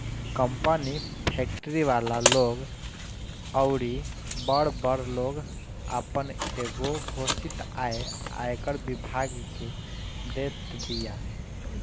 company, factory वाला लोग अउरी बड़ बड़ लोग आपन एगो घोषित आय आयकर विभाग के देत बिया